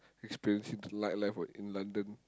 expensive night life [what] in London